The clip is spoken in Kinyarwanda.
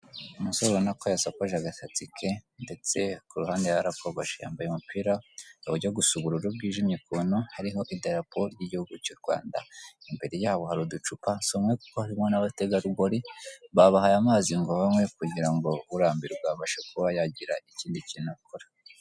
Umusore urabona ko yasokoje agasatsi ke, ndetse ku ruhande yarakogoshe, yambaye umupira ujya gusa ubururu bwijimye ukuntu, hariho idarapo ry'igihugu cy'u Rwanda, imbere yabo hari uducupa, si umwe kuko harimo n'abategarugori, babahaye amazi ngo banywe kugira ngo urambirwa abashe kuba yagira ikindi kintu yakora.